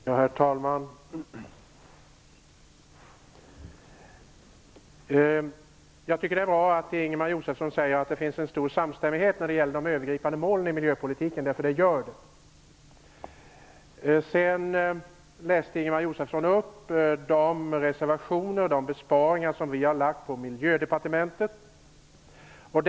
Herr talman! Jag tycker att det är bra att Ingemar Josefsson säger att det finns stor samstämmighet när det gäller de övergripande målen i miljöpolitiken - det gör det! Ingemar Josefsson läste upp de förslag till besparingar på Miljödepartementets område som vi har framlagt i reservationer.